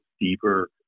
deeper